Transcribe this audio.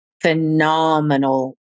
phenomenal